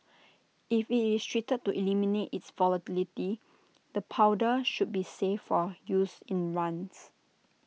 if IT is treated to eliminate its volatility the powder should be safe for use in runs